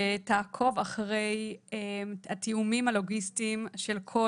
שתעקוב אחרי התיאומים הלוגיסטיים של כל